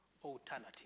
Alternative